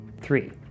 Three